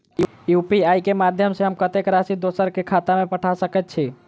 UPI केँ माध्यम सँ हम कत्तेक राशि दोसर केँ खाता मे पठा सकैत छी?